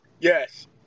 Yes